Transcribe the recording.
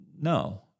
No